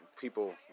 people